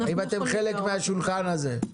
האם אתם חלק מהשולחן הזה?